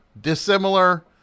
dissimilar